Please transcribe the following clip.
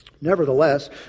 Nevertheless